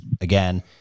again